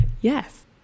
Yes